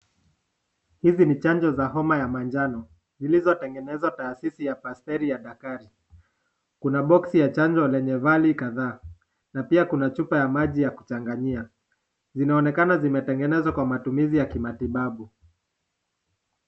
Hizi ni chanjo za homa ya manjano zilizotengenezwa taasisi ya Pasteri ya Dakari. Kuna boksi ya chanjo lenye vali kadhaa na pia kuna chupa ya maji ya kuchanganyia. Zinaonekana zimetengenezwa kwa matumizi ya kimatibabu.